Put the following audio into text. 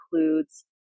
includes